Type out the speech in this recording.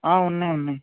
ఉన్నాయి ఉన్నాయి